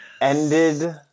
ended